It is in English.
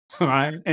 right